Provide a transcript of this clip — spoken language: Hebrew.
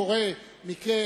לפעמים קורה מקרה,